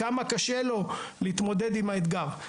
כמה קשה לו להתמודד עם האתגר.